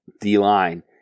D-line